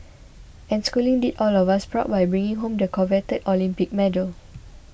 and schooling did all of us proud by bringing home the coveted Olympic medal